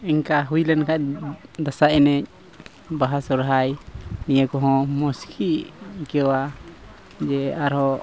ᱮᱱᱠᱟ ᱦᱩᱭ ᱞᱮᱱ ᱠᱷᱟᱱ ᱫᱟᱸᱥᱟᱭ ᱮᱱᱮᱡ ᱵᱟᱦᱟ ᱥᱚᱨᱦᱟᱭ ᱱᱤᱭᱟᱹ ᱠᱚᱦᱚᱸ ᱢᱚᱡᱽ ᱜᱮ ᱟᱹᱠᱟᱹᱣᱟ ᱡᱮ ᱟᱨᱦᱚᱸ